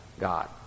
God